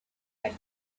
had